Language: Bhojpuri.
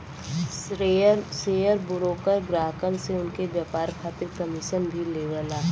शेयर ब्रोकर ग्राहकन से उनके व्यापार खातिर कमीशन भी लेवला